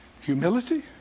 humility